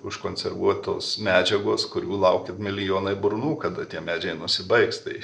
užkonservuotos medžiagos kurių laukia milijonai burnų kada tie medžiai nusibaigs tai